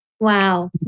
Wow